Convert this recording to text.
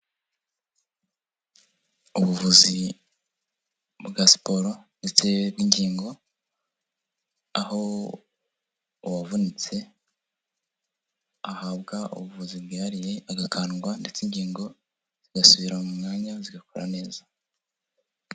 Ubuvuzi bwa siporo ndetse n'ingingo, aho uwavunitse ahabwa ubuvuzi bwihariye agakandwa ndetse ingingo zigasubira mu mwanya zigakora neza.